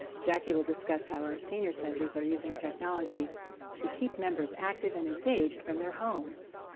jackie will discuss how our senior centers are using technology to keep members active and engaged from their homes.